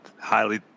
highly